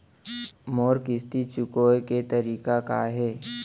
मोर किस्ती चुकोय के तारीक का हे?